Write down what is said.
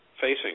facing